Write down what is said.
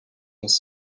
muss